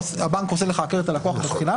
הבנק עושה לך בהתחלה הכר את הלקוח,